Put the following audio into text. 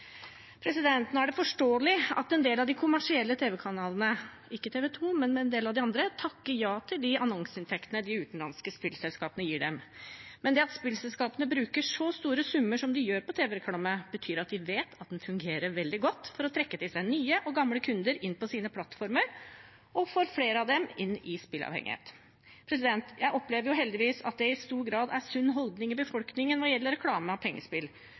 Nå er det forståelig at en del av de kommersielle tv-kanalene – ikke TV 2, men en del av de andre – takker ja til de annonseinntektene de utenlandske spillselskapene gir dem. Men det at spillselskapene bruker så store summer som de gjør på tv-reklame, betyr at de vet at den fungerer veldig godt for å trekke til seg nye og gamle kunder – de får dem inn på plattformene sine, og det får flere av dem inn i spilleavhengighet. Jeg opplever heldigvis at det i stor grad er sunne holdninger i befolkningen hva gjelder reklame og pengespill.